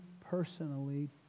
personally